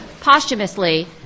posthumously